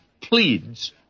pleads